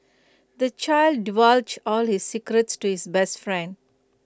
the child divulged all his secrets to his best friend